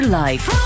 life